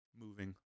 moving